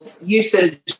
usage